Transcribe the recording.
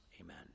Amen